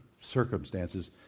circumstances